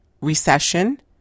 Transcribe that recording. recession